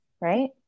right